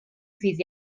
ddydd